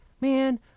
Man